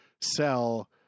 sell